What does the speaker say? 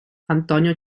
antonio